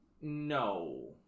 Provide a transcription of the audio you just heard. No